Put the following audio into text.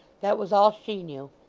that was all she knew.